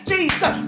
Jesus